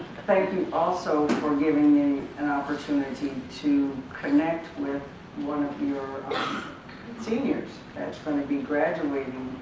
thank you also for giving me an opportunity to connect with one of your seniors that's going to be graduating,